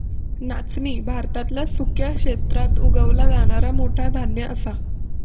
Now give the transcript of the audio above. नाचणी भारतातल्या सुक्या क्षेत्रात उगवला जाणारा मोठा धान्य असा